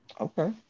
Okay